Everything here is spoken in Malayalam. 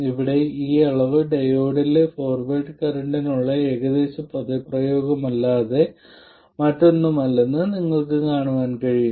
ഇവിടെ ഈ അളവ് ഡയോഡിലെ ഫോർവേഡ് കറന്റിനുള്ള ഏകദേശ പദപ്രയോഗമല്ലാതെ മറ്റൊന്നുമല്ലെന്നും നിങ്ങൾക്ക് കാണാൻ കഴിയും